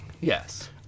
Yes